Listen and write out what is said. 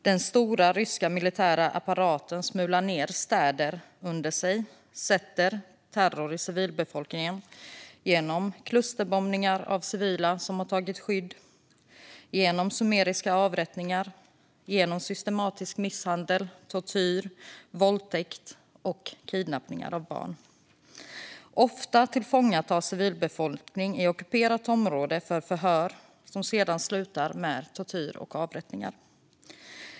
Den stora ryska militära apparaten smular ned städer under sig, sätter terror i civilbefolkningen genom klusterbombningar av civila som tagit skydd, summariska avrättningar, systematisk misshandel, tortyr, våldtäkt och kidnappning av barn. Ofta tillfångatas civilbefolkning i ockuperat område för förhör som sedan slutar med tortyr och avrättningar.